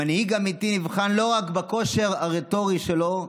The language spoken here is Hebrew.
מנהיג אמיתי נבחן לא רק בכושר הרטורי שלו,